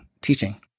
teaching